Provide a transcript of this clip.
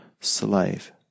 slave